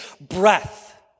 breath